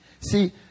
See